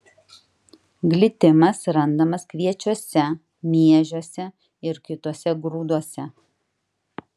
glitimas randamas kviečiuose miežiuose ir kituose grūduose